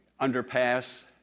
underpass